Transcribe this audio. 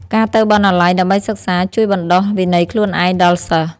ការទៅបណ្ណាល័យដើម្បីសិក្សា ជួយបណ្ដុះ វិន័យខ្លួនឯង ដល់សិស្ស។